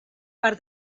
par